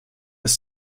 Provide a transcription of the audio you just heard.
his